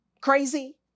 crazy